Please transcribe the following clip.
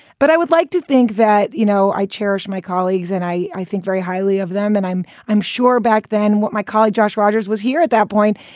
but i would like to think that, you know, i cherish my colleagues and i i think very highly of them. and i'm i'm sure back then what my colleague josh rogers was here at that point.